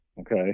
Okay